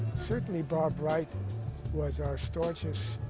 certainly bob bright was our staunchest,